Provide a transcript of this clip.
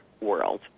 world